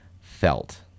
Felt